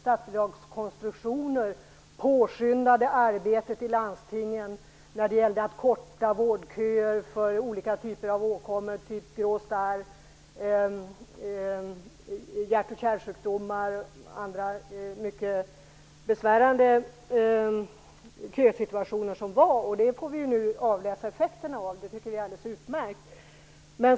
statsbidragskonstruktioner påskyndade arbetet i landstingen när det gällde att förkorta vårdköer för olika typer av åkommor, som grå starr och hjärt och kärlsjukdomar, och andra mycket besvärande köer. Det kan vi nu avläsa effekterna av, vilket är alldeles utmärkt.